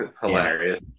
Hilarious